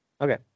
okay